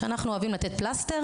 שאנחנו אוהבים לשים פלסטר